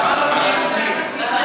וזה גם אמצעי מאוד פופולרי.